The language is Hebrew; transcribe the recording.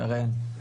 שרן,